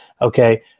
okay